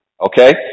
Okay